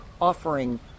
offering